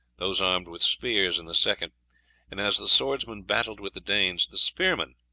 those armed with spears in the second and as the swordsmen battled with the danes the spearmen,